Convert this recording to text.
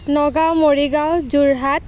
Nagaon Morigaon Jorhat